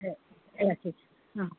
ৰাখিছোঁ অঁ